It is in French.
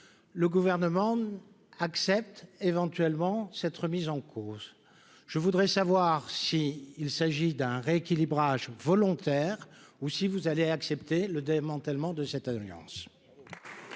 le gouvernement accepte éventuellement cette remise en cause, je voudrais savoir si il s'agit d'un rééquilibrage volontaire, ou si vous allez accepter le démantèlement de cette alliance.